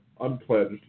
unpledged